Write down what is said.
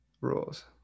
Rules